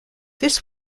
this